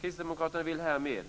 Kristdemokraterna vill härmed,